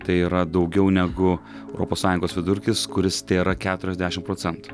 tai yra daugiau negu europos sąjungos vidurkis kuris tėra keturiasdešim procentų